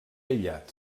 aïllat